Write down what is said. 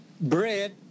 Bread